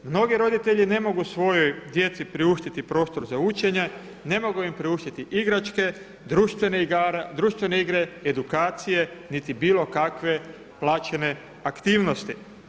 Mnogi roditelji ne mogu svojoj djeci priuštiti prostor za učenje, ne mogu im priuštiti igračke, društvene igre, edukacije niti bilo kakve plaćene aktivnosti.